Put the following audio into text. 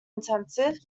intensive